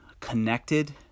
connected